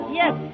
yes